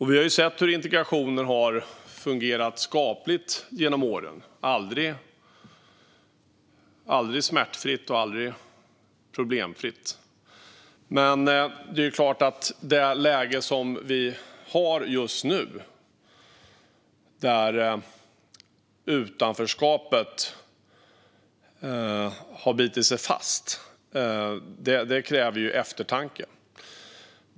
Vi har sett hur integrationen har fungerat skapligt genom åren, men aldrig smärtfritt och aldrig problemfritt. Det är klart att det läge vi har just nu, med ett utanförskap som har bitit sig fast, kräver eftertanke.